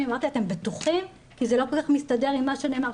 ואמרתי 'אתם בטוחים?' כי זה לא כל כך מסתדר עם מה שנאמר.